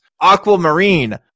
Aquamarine